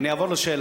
אני אעבור לשאלה.